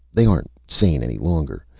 they aren't sane any longer.